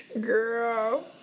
Girl